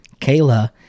Kayla